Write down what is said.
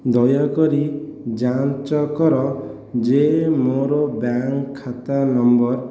ଦୟାକରି ଯାଞ୍ଚ କର ଯେ ମୋର ବ୍ୟାଙ୍କ୍ ଖାତା ନମ୍ବର